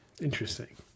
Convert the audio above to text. Interesting